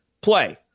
play